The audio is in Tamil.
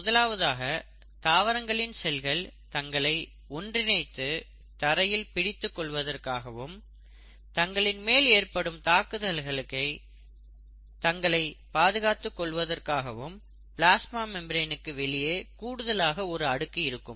முதலாவதாக தாவரங்களின் செல்கள் தங்களை ஒன்றிணைத்து தரையில் பிடித்துக் கொள்வதற்காகவும் தங்களின் மேல் ஏற்படும் தாக்குதலிலிருந்து தங்களை பாதுகாத்துக் கொள்வதற்காகவும் பிளாஸ்மா மெம்பரேனுக்கு வெளியே கூடுதலாக ஒரு அடுக்கு இருக்கும்